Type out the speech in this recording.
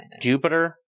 Jupiter